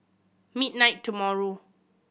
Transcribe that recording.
midnight tomorrow